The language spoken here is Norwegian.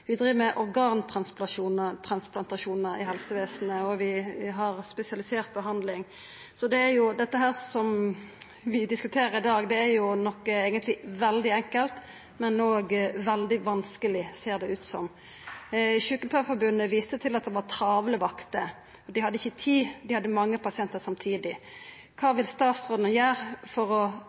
Vi driv med organtransplantasjonar i helsevesenet, og vi har spesialisert behandling. Det vi diskuterer i dag, er jo eigentleg veldig enkelt, men òg veldig vanskeleg, ser det ut som. Sjukepleiarforbundet viste til at det var travle vakter. Dei hadde ikkje tid, og dei hadde mange pasientar samtidig. Kva vil statsråden gjera for